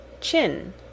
chin